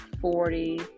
forty